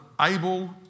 able